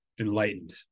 enlightened